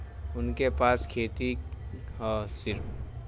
उनके पास खेती हैं सिर्फ